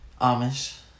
Amish